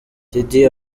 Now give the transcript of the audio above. teddy